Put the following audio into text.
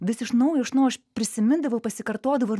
vis iš naujo iš naujo aš prisimindavau pasikartodavau ir